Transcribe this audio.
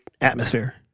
atmosphere